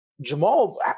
Jamal